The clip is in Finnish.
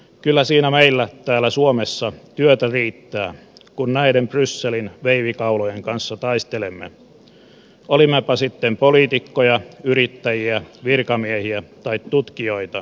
kyllä siinä meillä täällä suomessa työtä riittää kun näiden brysselin veivikaulojen kanssa taistelemme olimmepa sitten poliitikkoja yrittäjiä virkamiehiä tai tutkijoita